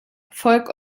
volk